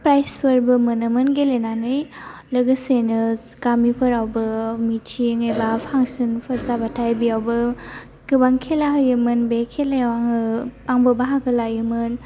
प्राइजफोरबो मोनोमोन गेलेनानै लोगोसेनो गामिफोरावबो मिथिं एबा फांसनफोर जाबाथाय बेयावबो गोबां खेला होयोमोन बे खेलायाव आङो आंबो बाहागो लायोमोन